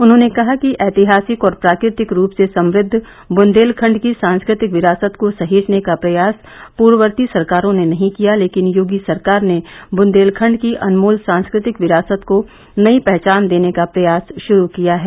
उन्होंने कहा कि ऐतिहासिक और प्राकृतिक रूप से समृद्व बुन्देलखण्ड की सांस्कृतिक विरासत को सहेजने का प्रयास पूर्ववर्ती सरकारों ने नहीं किया लेकिन योगी सरकार ने बुन्देलखण्ड की अनमोल सांस्कृतिक विरासत को नयी पहचान देने का प्रयास शुरू किया है